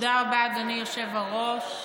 תודה רבה, אדוני היושב-ראש.